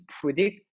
predict